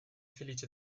felice